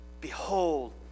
behold